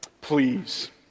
please